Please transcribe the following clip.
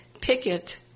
picket